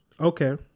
Okay